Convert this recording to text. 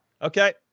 Okay